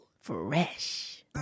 Fresh